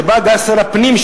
שבה גר שר הפנים,